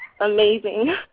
amazing